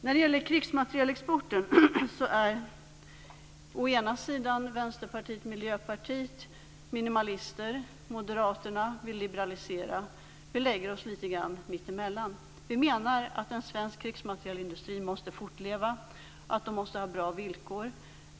När det gäller krigsmaterielexporten är Vänsterpartiet och Miljöpartiet minimalister, Moderaterna vill liberalisera, och vi lägger oss lite grann emellan. Vi menar att en svensk krigsmaterielindustri måste fortleva och ha bra villkor.